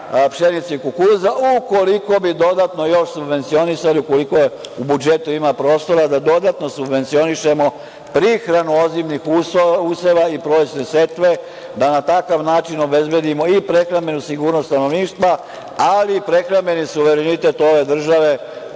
pšenice i kukuruza ukoliko bi dodatno još subvencionisali, ukoliko u budžetu ima prostora da dodatno subvencionišemo prihranu ozimnih useva i prolećne setve, da na takav način obezbedimo i prehrambenu sigurnost stanovništva, ali i prehrambeni suverenitet ove države,